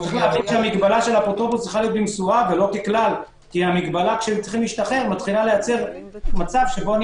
המגבלה שצריכים להשתחרר מתחילה לייצר מצב שבו אני